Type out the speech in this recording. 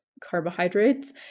carbohydrates